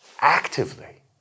actively